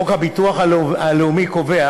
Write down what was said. חוק הביטוח הלאומי קובע